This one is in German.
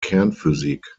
kernphysik